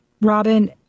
Robin